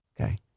Okay